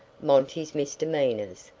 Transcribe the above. monty's misdemeanors,